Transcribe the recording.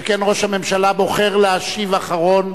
שכן ראש הממשלה בוחר להשיב אחרון,